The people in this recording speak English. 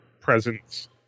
presence